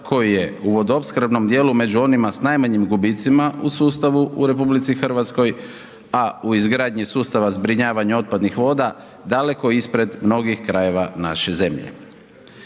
koji je u vodoopskrbnom dijelu među onima s najmanjim gubicima u sustavu u RH a u izgradnji sustava zbrinjavanja otpadnih voda daleko ispred mnogih krajeva naše zemlje.